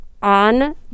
On